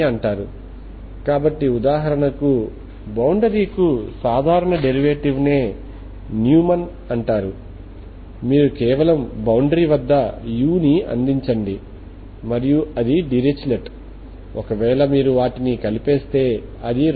వేరు చేయడం ద్వారా వేరియబుల్ టెక్నిక్ని ఉపయోగించి మనం పరిష్కరించగల అన్ని డొమైన్లు చూస్తాము